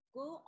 go